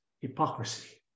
hypocrisy